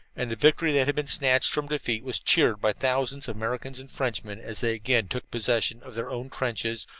and the victory that had been snatched from defeat was cheered by thousands of americans and frenchmen as they again took possession of their own trenches,